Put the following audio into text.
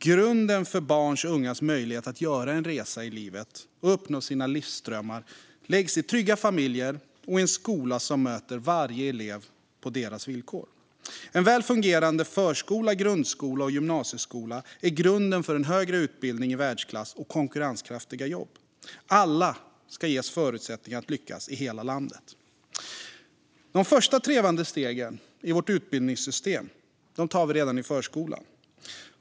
Grunden för barns och ungas möjlighet att göra en resa i livet och uppnå sina livsdrömmar läggs i trygga familjer och i en skola som möter varje elev på dess villkor. En väl fungerande förskola, grundskola och gymnasieskola är grunden för en högre utbildning i världsklass och konkurrenskraftiga jobb. Alla ska ges förutsättningar att lyckas i hela landet. De första trevande stegen i vårt utbildningssystem tar vi redan i förskolan.